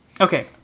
Okay